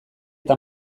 eta